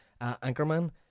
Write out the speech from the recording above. anchorman